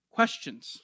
Questions